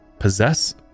possess